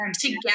together